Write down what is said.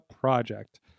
project